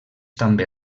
també